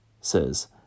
says